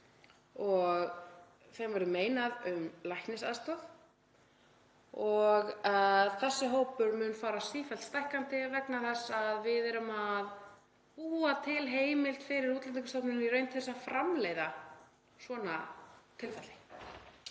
götuna og meinað um læknisaðstoð. Þessi hópur mun fara sífellt stækkandi vegna þess að við erum að búa til heimild fyrir Útlendingastofnun í raun til að framleiða svona tilfelli